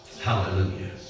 Hallelujah